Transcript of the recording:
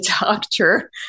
doctor